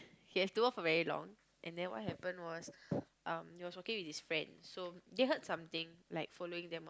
he have to walk for every long and then what happened was uh he was walking with his friend so they heard something like following them